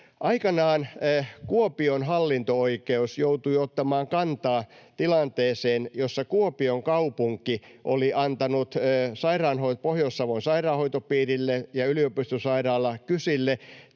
Aikanaan Kuopion hallinto-oikeus joutui ottamaan kantaa tilanteeseen, jossa Kuopion kaupunki oli antanut Pohjois-Savon sairaanhoitopiirille ja yliopistosairaala KYSille